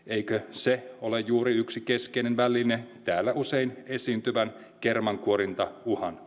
se ole juuri yksi keskeinen väline täällä usein esiintyvän kermankuorintauhan